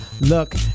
look